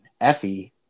Effie